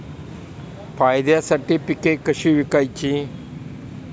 फायद्यासाठी पिके कशी विकायची?